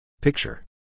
Picture